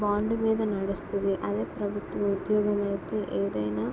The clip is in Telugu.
బాండ్ మీద నడుస్తది అదే ప్రభుత్వ ఉద్యోగం అయితే ఏదైనా